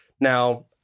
Now